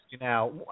now